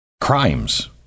crimes